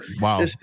Wow